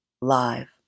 live